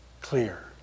clear